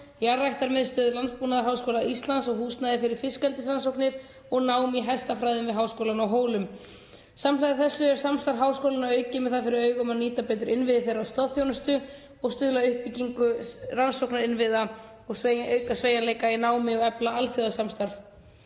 jarðræktarmiðstöð Landbúnaðarháskóla Íslands og húsnæði fyrir fiskeldisrannsóknir og nám í hestafræðum við Háskólann á Hólum. Samhliða þessu er samstarf háskólanna aukið með það fyrir augum að nýta betur innviði þeirra og stoðþjónustu og stuðla að uppbyggingu rannsóknarinnviða og auka sveigjanleika í námi og efla alþjóðasamstarf.